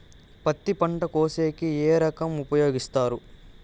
పత్తి పంట కోసేకి ఏ పరికరం ఉపయోగిస్తారు?